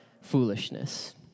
foolishness